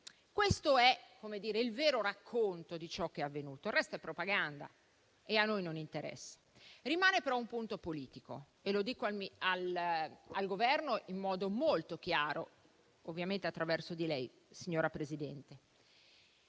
Questo è il vero racconto di ciò che è avvenuto, il resto è propaganda e a noi non interessa. Rimane però un punto politico e lo dico al Governo in modo molto chiaro, ovviamente attraverso di lei, signora Presidente.